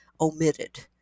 omitted